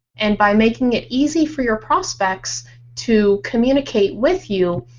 and by making it easy for your prospects to communicate with you,